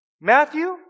Matthew